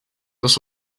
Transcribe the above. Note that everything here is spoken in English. this